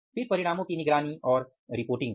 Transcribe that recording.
फिर परिणामों की निगरानी और रिपोर्टिंग है